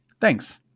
Thanks